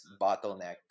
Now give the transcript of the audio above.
bottleneck